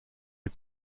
les